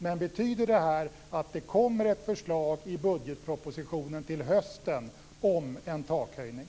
Men betyder det här att det i budgetpropositionen till hösten kommer ett förslag om en takhöjning?